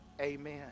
amen